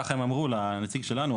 ככה הם אמרו לנציג שלנו,